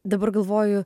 dabar galvoju